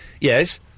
Yes